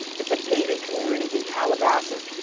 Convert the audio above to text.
it's a gated community in calabasas.